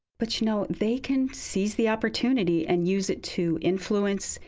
but you know they can seize the opportunity and use it to influence,